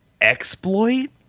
exploit